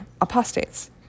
apostates